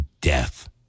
death